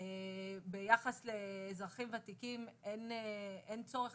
למיטב ידיעתי, ביחס לאזרחים ותיקים אין צורך